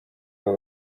abo